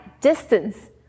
distance